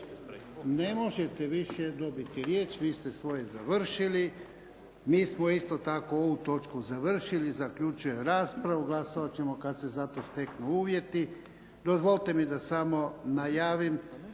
Ne možete više dobiti riječ vi ste svoje završili, mi smo isto tako ovu točku završili. Zaključujem raspravu. Glasovati ćemo kada se za to steknu uvjeti. **Bebić, Luka